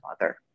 mother